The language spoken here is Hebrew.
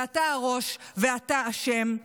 ואתה הראש ואתה אשם.